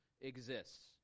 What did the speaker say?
exists